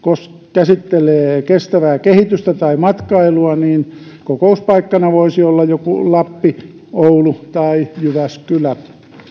käsittelee kestävää kehitystä tai matkailua niin kokouspaikkana voisi olla joku lappi oulu tai jyväskylä